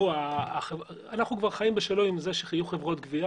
אנחנו חיים בשלום עם זה שיהיו חברות גבייה